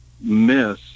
miss